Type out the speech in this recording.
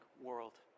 world